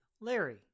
Larry